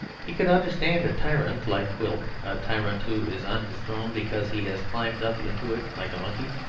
he could understand a tyrant like quilp, a tyrant who is on his throne because he has climbed up into it, like a monkey.